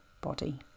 body